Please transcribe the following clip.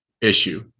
issue